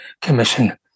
commission